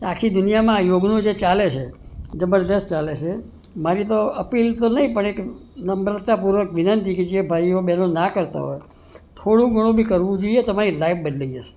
આખી દુનિયામાં આ યોગનું જે ચાલે છે જબરદસ્ત ચાલે છે મારી તો અપીલ તો નહીં પણ એક નમ્રતાપૂર્વક વિનંતી કે જે ભાઈઓ બહેનો ના કરતાં હોય થોડું ઘણું બી કરવું જોઈએ તમારી લાઈફ બદલાઈ જશે